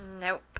Nope